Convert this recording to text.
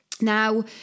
Now